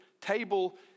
table